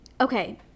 Okay